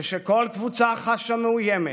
כשכל קבוצה חשה מאוימת,